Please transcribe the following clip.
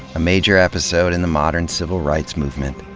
a major episode in the modern civil rights movement,